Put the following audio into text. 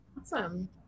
Awesome